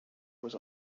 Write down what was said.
was